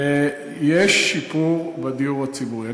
יש שיפור בדיור הציבורי.